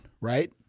right